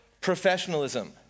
professionalism